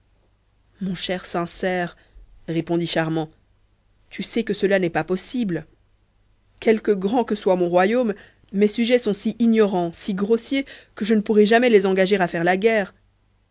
mon cher sincère répondit charmant tu sais que ce n'est pas possible quelque grand que soit mon royaume mes sujets sont si ignorants si grossiers que je ne pourrai jamais les engager à faire la guerre